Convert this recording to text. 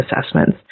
assessments